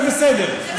זה בסדר,